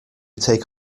take